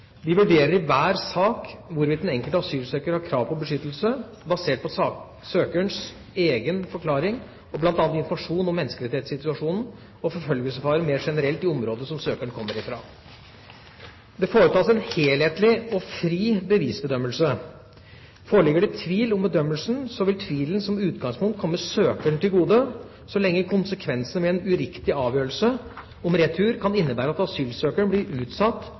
De vurderer i hver sak hvorvidt den enkelte asylsøker har krav på beskyttelse, basert på søkerens egen forklaring og bl.a. informasjon om menneskerettssituasjonen og forfølgelsesfaren mer generelt i området som søkeren kommer fra. Det foretas en helhetlig og fri bevisbedømmelse. Foreligger det tvil om bedømmelsen, vil tvilen som utgangspunkt komme søkeren til gode så lenge konsekvensene ved en uriktig avgjørelse om retur kan innebære at asylsøkeren blir utsatt